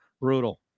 Brutal